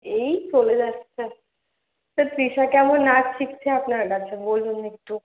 এই চলে যাচ্ছে তা তৃষা কেমন নাচ শিখছে আপনার কাছে বলুন একটু